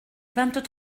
vingt